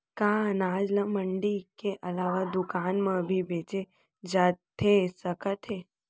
का अनाज ल मंडी के अलावा दुकान म भी बेचे जाथे सकत हे?